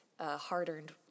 hard-earned